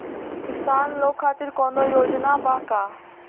किसान लोग खातिर कौनों योजना बा का?